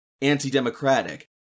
anti-democratic